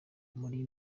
muri